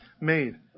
made